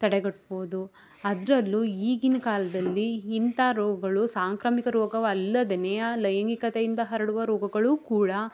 ತಡೆಗಟ್ಬೋದು ಅದರಲ್ಲು ಈಗಿನ ಕಾಲದಲ್ಲಿ ಇಂಥ ರೋಗಗಳು ಸಾಂಕ್ರಾಮಿಕ ರೋಗ ಅಲ್ಲದೆ ಆ ಲೈಂಗಿಕತೆಯಿಂದ ಹರಡುವ ರೋಗಗಳೂ ಕೂಡ